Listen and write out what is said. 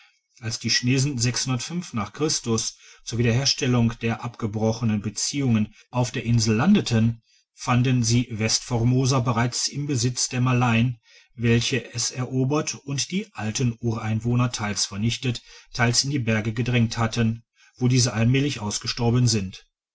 als die nach christus sowie der her der abgebrochenen beziehungen auf der insel landeten fanden sie westformosa bereits im besitze der malayen welche es erobert und die alten ureinwohner teils vernichtet teils in die berge gedrängt hatten wo diese allmählich ausgestorben sind